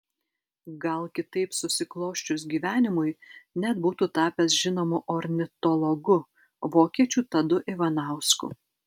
gal kitaip susiklosčius gyvenimui net būtų tapęs žinomu ornitologu vokiečių tadu ivanausku